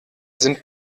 sind